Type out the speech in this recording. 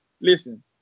listen